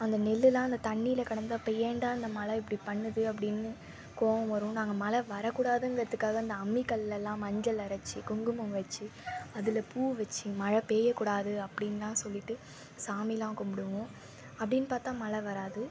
அந்த நெல்லெல்லாம் அந்த தண்ணியில் கலந்து இப்போ ஏன்டா இந்த மழை இப்படி பண்ணுது அப்படின்னு கோபம் வரும் நாங்கள் மழை வரக்கூடாதுங்கிறதுக்காக இந்த அம்மிக்கல்லுலலாம் மஞ்சள் அரைச்சி குங்குமம் வைச்சி அதில் பூ வைச்சி மழை பெயக்கூடாது அப்டின்னுலாம் சொல்லிட்டு சாமிலாம் கும்பிடுவோம் அப்டின்னு பார்த்தா மழை வராது